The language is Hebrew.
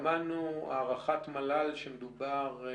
שמענו הערכת מל"ל שמדובר על